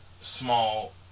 small